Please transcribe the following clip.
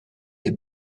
des